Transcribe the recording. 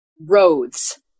roads